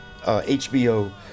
HBO